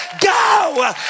go